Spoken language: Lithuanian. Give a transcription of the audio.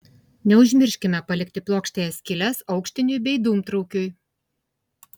neužmirškime palikti plokštėje skyles aukštiniui bei dūmtraukiui